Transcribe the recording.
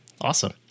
awesome